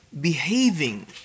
behaving